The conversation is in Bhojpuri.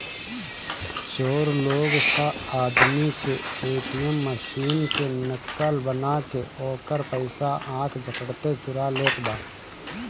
चोर लोग स आदमी के ए.टी.एम मशीन के नकल बना के ओकर पइसा आख झपकते चुरा लेत बा